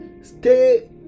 stay